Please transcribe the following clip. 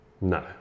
No